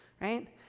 right